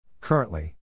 Currently